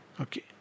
Okay